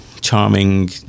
charming